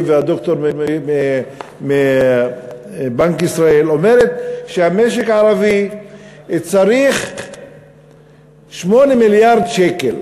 והדוקטור מבנק ישראל אומר שהמשק הערבי צריך 8 מיליארד שקל.